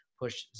push